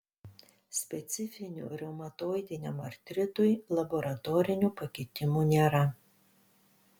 specifinių reumatoidiniam artritui laboratorinių pakitimų nėra